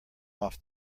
off